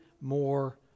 more